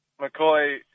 McCoy